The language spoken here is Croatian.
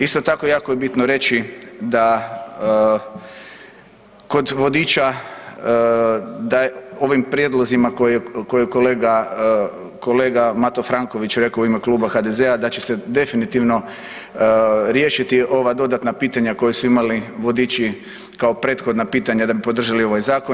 Isto tako, jako je bitno reći da kod vodiča, da ovim prijedlozima koje je kolega Mato Franković rekao u ime kluba HDZ-a da će se definitivno riješiti ova dodatna pitanja koja su imali vodiči kao prethodna pitanja da bi podržali ovaj zakon.